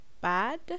bad